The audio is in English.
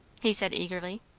he said eagerly.